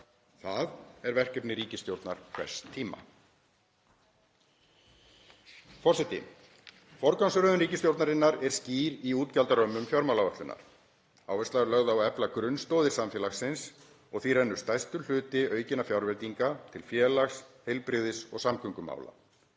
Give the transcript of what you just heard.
Það er verkefni ríkisstjórnar hvers tíma. Forseti. Forgangsröðun ríkisstjórnarinnar er skýr í útgjaldarömmum fjármálaáætlunar. Áhersla er lögð á að efla grunnstoðir samfélagsins og því rennur stærstur hluti aukinna fjárveitinga til félags-, heilbrigðis- og samgöngumála.